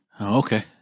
Okay